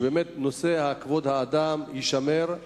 שבאמת נושא כבוד האדם יישמר.